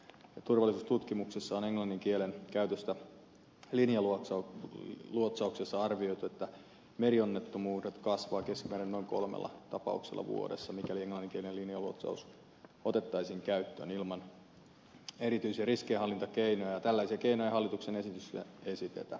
turvallisuustutkimuksessa on englannin kielen käytöstä linjaluotsauksessa arvioitu että merionnettomuudet kasvavat keskimäärin noin kolmella tapauksella vuodessa mikäli englanninkielinen linjaluotsaus otettaisiin käyttöön ilman erityisiä riskienhallintakeinoja ja tällaisia keinoja ei hallituksen esityksessä esitetä